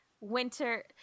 Winter